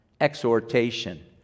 exhortation